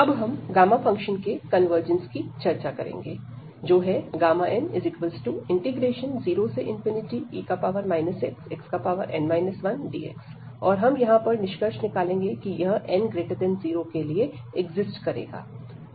अब हम gamma function के कन्वर्जेंस की चर्चा करेंगे जो है n0e xxn 1dx और हम यहां यह निष्कर्ष निकालेंगे कि यह n0 के लिए एग्जिस्ट करेगा